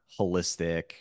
holistic